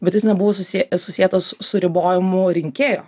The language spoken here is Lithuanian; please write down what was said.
bet jis nebuvo susietas su ribojimu rinkėjo